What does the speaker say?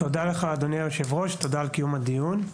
תודה לך אדוני היושב ראש על קיום הדיון.